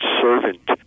servant